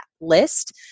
list